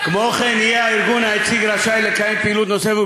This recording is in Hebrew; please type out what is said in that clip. כמו כן יהיה הארגון היציג רשאי לקיים פעילות נוספת,